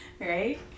Right